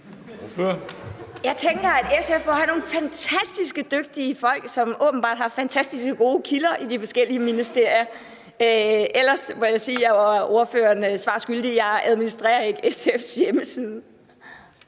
Jeg tænker, at SF må have nogle fantastisk dygtige folk, som åbenbart har fantastisk gode kilder i de forskellige ministerier. Ellers må jeg sige, at jeg er hr. Jakob Engel-Schmidt svar skyldig. Jeg administrerer ikke SF's hjemmeside.